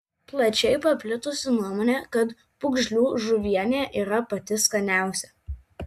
plačiai paplitusi nuomonė kad pūgžlių žuvienė yra pati skaniausia